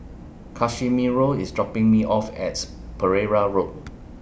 Casimiro IS dropping Me off At Pereira Road